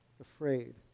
afraid